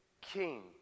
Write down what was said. king